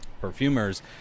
perfumers